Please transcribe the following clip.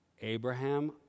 Abraham